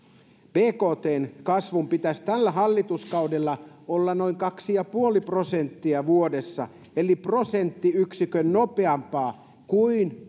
bktn kasvun pitäisi tällä hallituskaudella olla noin kaksi pilkku viisi prosenttia vuodessa eli prosenttiyksikön nopeampaa kuin